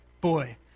boy